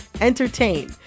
entertain